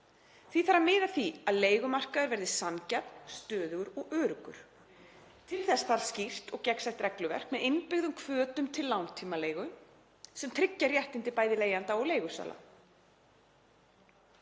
Því þarf að miða að því að leigumarkaður verði sanngjarn, stöðugur og öruggur. Til þess þarf skýrt og gegnsætt regluverk með innbyggðum hvötum til langtímaleigu sem tryggja réttindi bæði leigjenda og leigusala.